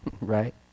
right